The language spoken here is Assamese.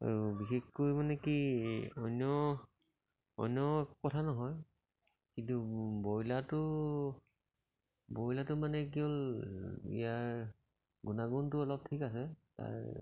আৰু বিশেষকৈ মানে কি অন্য অন্য কথা নহয় কিন্তু ব্ৰইলাৰটো ব্ৰইলাৰটো মানে কি হ'ল ইয়াৰ গুণাগুণটো অলপ ঠিক আছে তাৰ